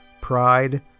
pride